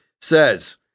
says